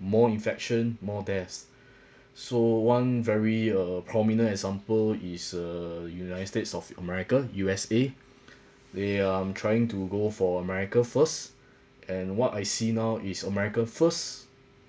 more infection more deaths so one very uh prominent example is uh united states of america U_S_A they are trying to go for america first and what I see now is america first